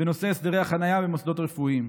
בנושא הסדרי החניה במוסדות רפואיים.